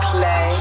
Play